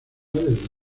desde